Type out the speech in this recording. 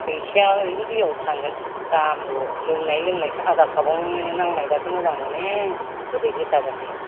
फैसाया ओरैनो दैआवसो थांगोन दाम ल' लोंनायनि आधा काप आव नांनायबासो मोजां मोनो गोदै गोसाबासो